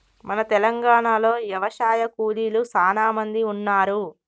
మన తెలంగాణలో యవశాయ కూలీలు సానా మంది ఉన్నారు